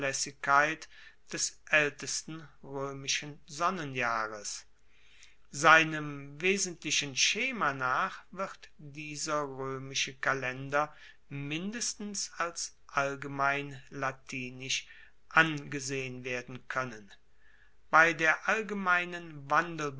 des aeltesten roemischen sonnenjahres seinem wesentlichen schema nach wird dieser roemische kalender mindestens als allgemein latinisch angesehen werden koennen bei der allgemeinen